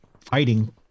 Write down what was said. fighting